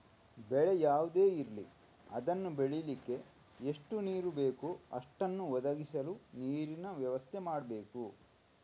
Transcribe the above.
ಬೆಳೆ ಯಾವುದೇ ಇರ್ಲಿ ಅದನ್ನ ಬೆಳೀಲಿಕ್ಕೆ ಎಷ್ಟು ನೀರು ಬೇಕೋ ಅಷ್ಟನ್ನ ಒದಗಿಸಲು ನೀರಿನ ವ್ಯವಸ್ಥೆ ಮಾಡ್ಬೇಕು